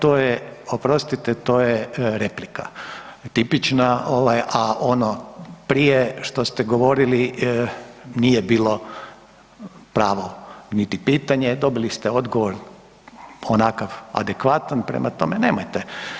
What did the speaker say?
To je, to je oprostite replika tipična, a ono prije što ste govorili nije bilo pravo niti pitanje, dobili ste odgovor onakav adekvatan prema tome nemojte.